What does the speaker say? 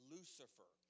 Lucifer